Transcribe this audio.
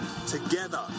Together